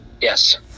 Yes